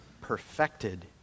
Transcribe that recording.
perfected